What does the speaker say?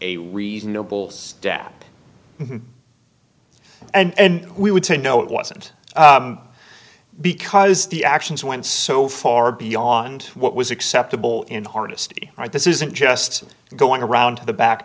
a reasonable step and we would say no it wasn't because the actions went so far beyond what was acceptable in hardesty right this isn't just going around the back